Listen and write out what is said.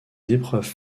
épreuves